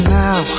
now